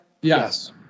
Yes